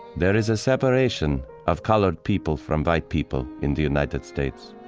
there is a separation of colored people from white people in the united states.